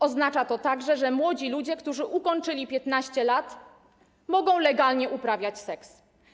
Oznacza to także, że młodzi ludzie, którzy ukończyli 15 lat, mogą legalnie uprawiać seks.